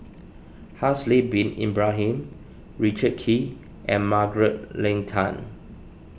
Haslir Bin Ibrahim Richard Kee and Margaret Leng Tan